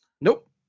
Nope